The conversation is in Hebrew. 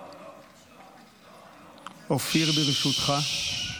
אופיר, ברשותך.